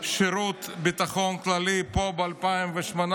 שירות ביטחון כללי פה ב-2018,